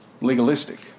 Legalistic